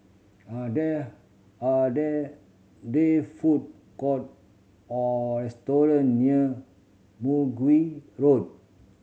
are there are there they food court or restaurant near Mergui Road